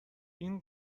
این